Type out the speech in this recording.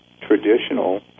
traditional